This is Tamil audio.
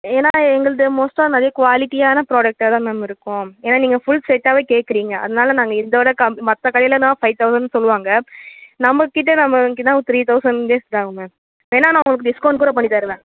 ஏன்னால் எங்களது மோஸ்ட்டாக நிறைய குவாலிட்டியான ப்ராடெக்டா தான் மேம் இருக்கும் ஏன்னால் நீங்கள் ஃபுல் செட்டாகவே கேட்குறிங்க அதனால் நாங்கள் இதோடய கம் மற்ற கடையிலைனா ஃபை தௌசண்ட் சொல்லுவாங்க நம்ம கிட்ட நம்ம இங்கேன்னா த்ரீ தௌசண்ட் ஆகும் மேம் வேணால் நான் உங்களுக்கு டிஸ்கவுண்ட் கூட பண்ணி தரேன் மேம்